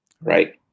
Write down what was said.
right